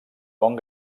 bon